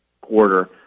quarter